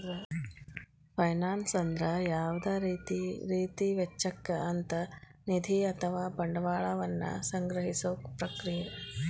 finance ಅಂದ್ರ ಯಾವುದ ರೇತಿ ವೆಚ್ಚಕ್ಕ ಅಂತ್ ನಿಧಿ ಅಥವಾ ಬಂಡವಾಳ ವನ್ನ ಸಂಗ್ರಹಿಸೊ ಪ್ರಕ್ರಿಯೆ